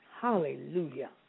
Hallelujah